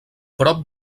prop